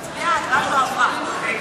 מצביע וההצבעה שלו עברה,